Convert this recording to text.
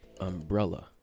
umbrella